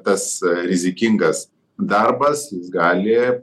tas rizikingas darbas gali